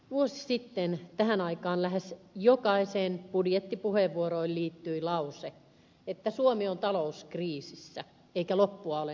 vuosi sitten tähän aikaan lähes jokaiseen budjettipuheenvuoroon liittyi lause että suomi on talouskriisissä eikä loppua ole näkyvissä